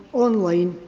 online,